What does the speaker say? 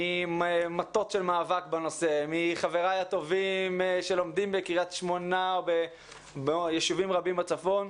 ממטות של מאבק בנושא ומחברי הטובים שלומדים בקרית שמונה ובישובים בצפון.